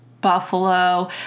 Buffalo